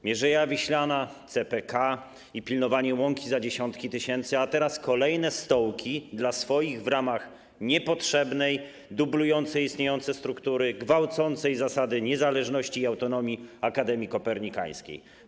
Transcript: Mierzeja Wiślana, CPK i pilnowanie łąki za dziesiątki tysięcy, a teraz kolejne stołki dla swoich w ramach niepotrzebnej, dublującej istniejące struktury, gwałcącej zasady niezależności i autonomii Akademii Kopernikańskiej.